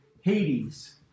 Hades